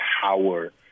power